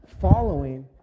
following